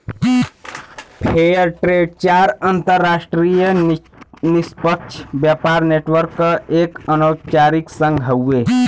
fair trade चार अंतरराष्ट्रीय निष्पक्ष व्यापार नेटवर्क क एक अनौपचारिक संघ हउवे